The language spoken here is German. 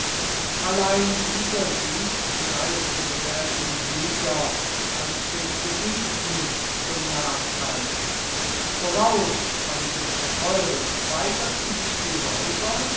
allein dieser sieg gereichte mehr dem sieger als dem besiegten zum nachteil berauscht von dem erfolg weigerten sich die räuber